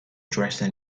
dressing